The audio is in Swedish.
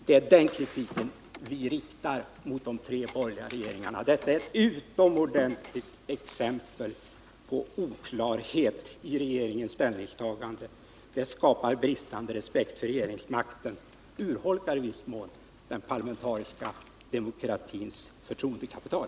Det är den kritiken vi riktar mot de tre borgerliga regeringarna. Detta är ett utomordenligt exempel på oklarhet i regeringens agerande. Det skapar bristande respekt för regeringsmakten, urholkar i viss mån den parlamentariska demokratins förtroendekapital.